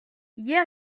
hier